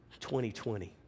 2020